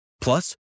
Plus